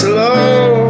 Slow